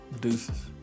deuces